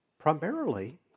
primarily